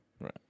Right